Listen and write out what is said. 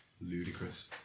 Ludicrous